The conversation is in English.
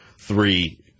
three